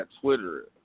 Twitter